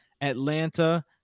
Atlanta